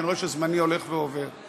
כי אני רואה שזמני הולך ועובר,